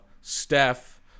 Steph